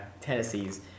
Tennessee's